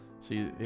See